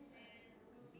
okay